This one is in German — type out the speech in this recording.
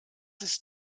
ist